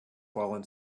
fallen